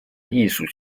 艺术